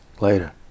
Later